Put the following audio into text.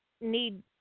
need